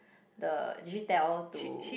the did she tell to